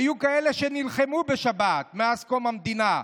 היו כאלה שנלחמו בשבת מאז קום המדינה,